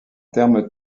termes